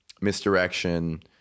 misdirection